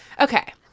Okay